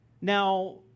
Now